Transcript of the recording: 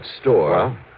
store